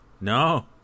No